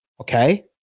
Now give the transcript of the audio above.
Okay